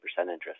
interest